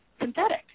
synthetic